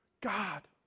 God